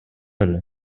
эле